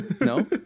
No